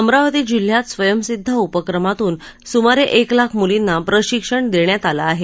अमरावती जिल्ह्यात स्वयंसिद्धा उपक्रमातून सुमारे एक लाख मुलींना प्रशिक्षण देण्यात आलं आहे